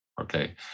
Okay